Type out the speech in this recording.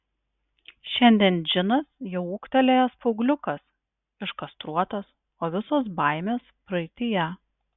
šiandien džinas jau ūgtelėjęs paaugliukas iškastruotas o visos baimės praeityje